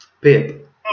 Pip